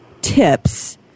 tips